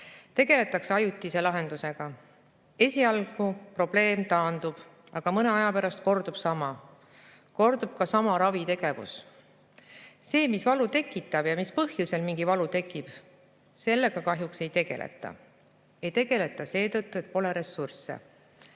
Tegeletakse ajutise lahendusega. Esialgu probleem taandub, aga mõne aja pärast kordub sama. Kordub ka sama ravitegevus. Sellega, mis valu tekitab ja mis põhjusel mingi valu tekib, kahjuks ei tegeleta. Ei tegeleta seetõttu, et pole ressursse,